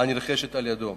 הנרכשת על-ידו.